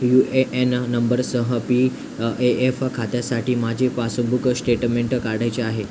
you A N नंबरसह P F खात्यासाठी माझे पासबुक स्टेटमेंट काढायचे आहे